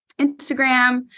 Instagram